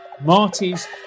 Marty's